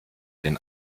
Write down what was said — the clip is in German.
den